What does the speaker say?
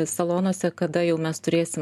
salonuose kada jau mes turėsim